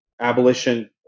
abolition